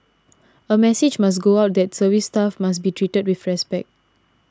a message must go out that service staff must be treated with respect